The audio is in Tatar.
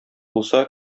булса